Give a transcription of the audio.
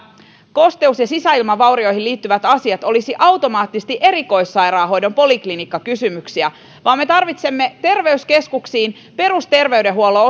kosteus ja sisäilmavaurioihin liittyvät asiat olisivat automaattisesti erikoissairaanhoidon poliklinikkakysymyksiä vaan me tarvitsemme terveyskeskuksiin perusterveydenhuollon